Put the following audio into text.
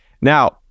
Now